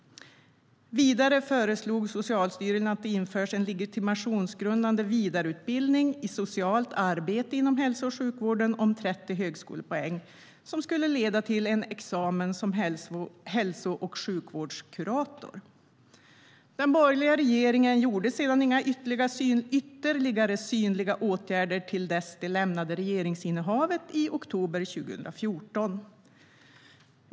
Vidare föreslog Socialstyrelsen att det införs en legitimationsgrundande vidareutbildning i socialt arbete inom hälso och sjukvården om 30 högskolepoäng och att den skulle leda till en examen som hälso och sjukvårdskurator. Den borgerliga regeringen gjorde sedan inga ytterligare synliga åtgärder till dess de lämnade över regeringsinnehavet i oktober 2014.